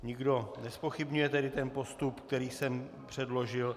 Nikdo nezpochybňuje postup, který jsem předložil.